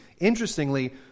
Interestingly